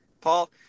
Paul